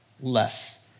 less